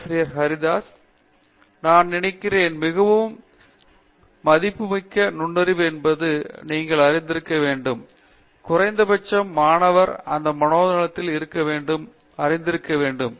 பேராசிரியர் பிரதாப் ஹரிதாஸ் சிறந்தது நான் நினைக்கிறேன் மிகவும் மதிப்பு வாய்ந்த நுண்ணறிவு என்னவென்று நீங்கள் அறிந்திருக்க வேண்டும் குறைந்தபட்சம் மாணவர் அதை மனோநலத்தில் அணுக வேண்டும் என்று அறிந்திருக்க வேண்டும்